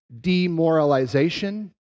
demoralization